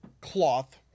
cloth